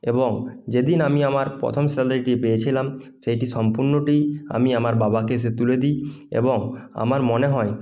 এবং যেদিন আমি আমার প্রথম স্যালারিটি পেয়েছিলাম সেইটি সম্পূর্ণটি আমি আমার বাবাকে এসে তুলে দি এবং আমার মনে হয়